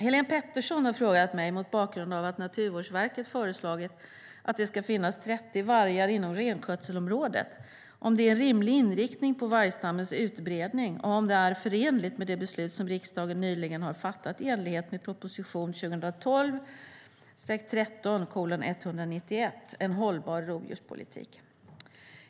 Helén Pettersson har frågat mig, mot bakgrund av att Naturvårdsverket föreslagit att det ska finnas 30 vargar inom renskötselområdet, om det är en rimlig inriktning på vargstammens utbredning och om det är förenligt med det beslut som riksdagen nyligen har fattat i enlighet med propositionen 2012/13:191 En hållbar rovdjurspolitik .